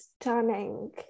stunning